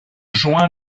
juin